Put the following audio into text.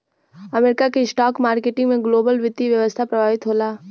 America के stock market से global वित्तीय व्यवस्था प्रभावित होला